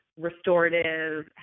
restorative